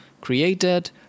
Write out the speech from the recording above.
created